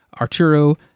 Arturo